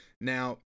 Now